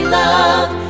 love